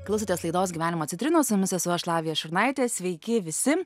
klausotės laidos gyvenimo citrinos su jumis esu aš lavija šurnaitė sveiki visi